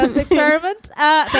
ah deserve it. ah